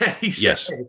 Yes